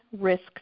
risk